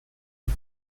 und